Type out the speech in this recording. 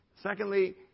Secondly